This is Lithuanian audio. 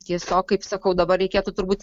tiesiog kaip sakau dabar reikėtų turbūt